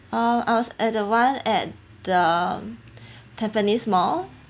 uh us at the one at the tampines mall